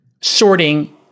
sorting